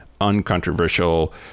uncontroversial